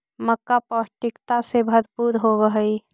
मक्का पौष्टिकता से भरपूर होब हई